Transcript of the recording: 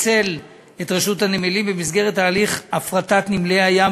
שפיצל את רשות הנמלים במסגרת תהליך הפרטת נמלי הים,